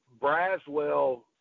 Braswell